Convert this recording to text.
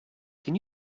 can